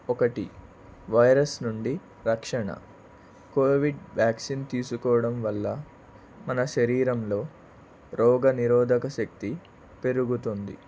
ఒకటి వైరస్ నుండి రక్షణ కోవిడ్ వ్యాక్సిన్ తీసుకోవడం వల్ల మన శరీరంలో రోగనిరోధక శక్తి పెరుగుతుంది